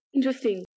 Interesting